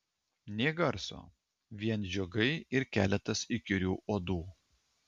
nė garso vien žiogai ir keletas įkyrių uodų